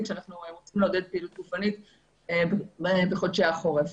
כשאנחנו רוצים לעודד פעילות גופנית בחודשי החורף.